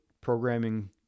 programming